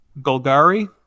Golgari